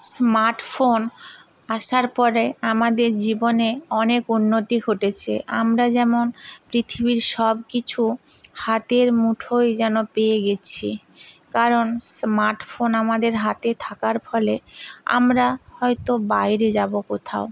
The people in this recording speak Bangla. স্মার্ট ফোন আসার পরে আমাদের জীবনে অনেক উন্নতি ঘটেছে আমরা যেমন পৃথিবীর সব কিছু হাতের মুঠোয় যেন পেয়ে গেছি কারণ স্মার্ট ফোন আমাদের হাতে থাকার ফলে আমরা হয়তো বাইরে যাবো কোথাও